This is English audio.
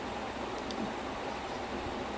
billions is about this